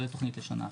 לא לתוכנית לשנה אחת.